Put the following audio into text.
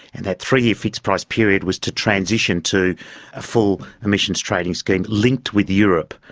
and that three-year fixed price period was to transition to a full emissions trading scheme, linked with europe,